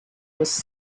was